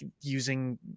using